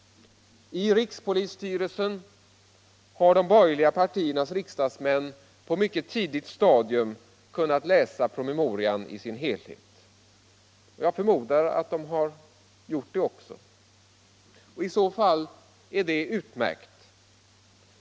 I rikspolisstyrelsen har de borgerliga partiernas riksdagsmän på ett mycket tidigt stadium kunnat läsa promemorian i dess helhet. Jag förmodar att de också har gjort det. I så fall är det utmärkt.